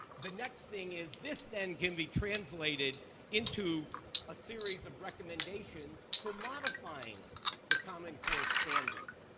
the next thing is this then can be translated into a series of recommendations for modifying the common core standards.